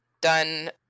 done